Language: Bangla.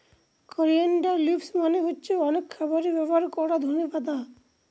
করিয়েনডার লিভস মানে হচ্ছে অনেক খাবারে ব্যবহার করা ধনে পাতা